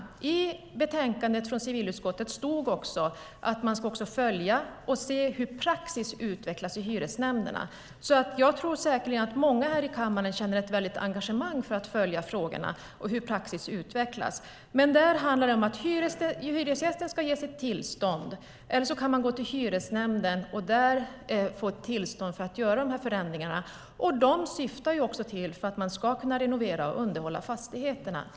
I betänkandet från civilutskottet stod det att man ska följa och se hur praxis utvecklas i hyresnämnderna. Jag tror säkerligen att många här i kammaren känner ett väldigt engagemang för att följa frågorna och hur praxis utvecklas. Men där handlar det om att hyresgästen ska ge sitt tillstånd, eller också kan man gå till hyresnämnden och där få ett tillstånd att göra förändringar. Det syftar till att man ska kunna renovera och underhålla fastigheterna.